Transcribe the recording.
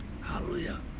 hallelujah